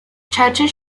churches